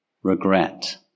Regret